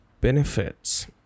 benefits